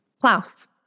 Klaus